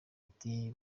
ati